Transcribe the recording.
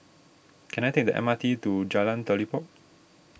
can I take the M R T to Jalan Telipok